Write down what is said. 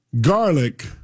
garlic